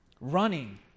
Running